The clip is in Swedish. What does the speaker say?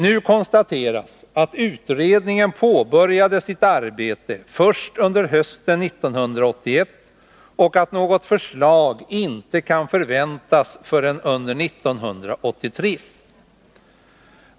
Nu konstateras att utredningen påbörjade sitt arbete först under hösten 1981 och att något förslag inte kan förväntas förrän under 1983.